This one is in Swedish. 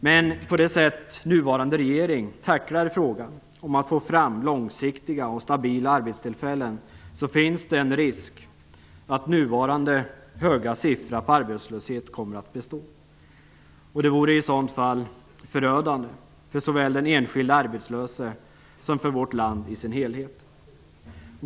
Men på det sätt nuvarande regering tacklar frågan om att få fram långsiktiga och stabila arbetstillfällen finns det en risk att nuvarande höga siffra på arbetslöshet kommer att bestå. Det vore i sådant fall förödande för såväl den enskilde arbetslöse som för vårt land i dess helhet.